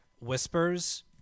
Whispers